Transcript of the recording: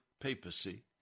papacy